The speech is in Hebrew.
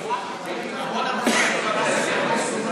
המון שנים בכנסת,